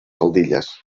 faldilles